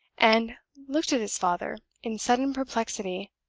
and looked at his father in sudden perplexity.